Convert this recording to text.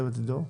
ירים את ידו.